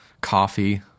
coffee